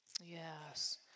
Yes